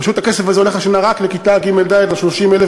פשוט הכסף הזה הולך השנה רק לכיתות ג' ד' ה-30,000,